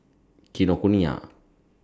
Kinokuniya